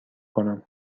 کنم